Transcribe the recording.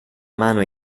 mano